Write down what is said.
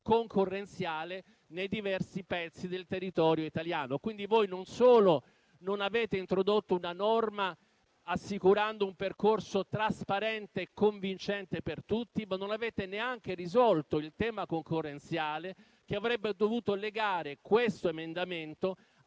concorrenziale nei diversi pezzi del territorio italiano. Quindi, non solo non avete introdotto una norma, assicurando un percorso trasparente e convincente per tutti, ma non avete neanche risolto il tema concorrenziale che avrebbe dovuto legare questo emendamento